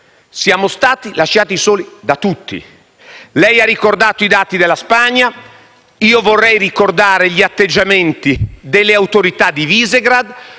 siamo stati lasciati soli da tutti. Lei ha ricordato i dati della Spagna, io vorrei ricordare gli atteggiamenti delle autorità di Visegrád,